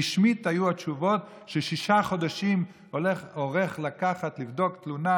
רשמית התשובות היו ששישה חודשים אורך לבדוק תלונה